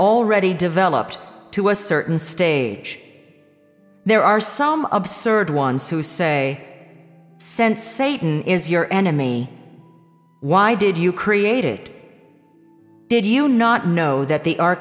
already developed to a certain stage there are some absurd ones who say sense satan is your enemy why did you created did you not know that the ar